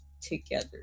together